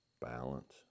Balance